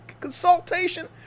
consultation